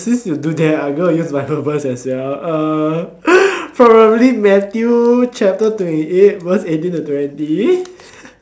since you do that I am going to use bible verse as well uh following Matthew chapter twenty eight verse eighteen to twenty